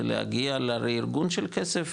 זה להגיע לרה-ארגון של כסף,